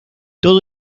todo